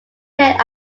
then